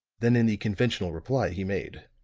than in the conventional reply he made.